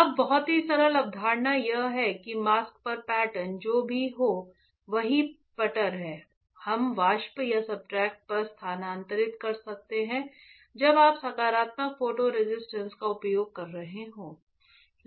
अब बहुत ही सरल अवधारणा यह है कि मास्क पर पैटर्न जो भी हो वही पटर है हम वाष्प या सब्सट्रेट पर स्थानांतरित कर सकते हैं जब आप सकारात्मक फोटो रेसिस्ट का उपयोग कर रहे हों